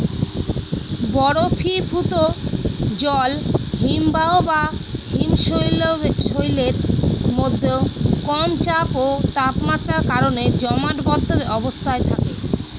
বরফীভূত জল হিমবাহ বা হিমশৈলের মধ্যে কম চাপ ও তাপমাত্রার কারণে জমাটবদ্ধ অবস্থায় থাকে